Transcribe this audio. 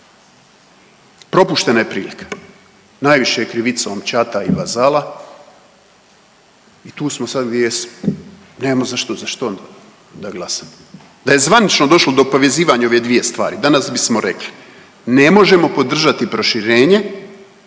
Propuštena je prilika. Najviše je krivicom čata i vazala i tu smo sad gdje jesmo nemamo za što, za što da glasamo. Da je zvanično došlo do povezivanja ove dvije stvari danas bismo rekli ne možemo podržati proširenje